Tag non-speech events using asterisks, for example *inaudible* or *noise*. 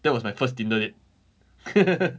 that was my first Tinder date *laughs*